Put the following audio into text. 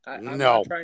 No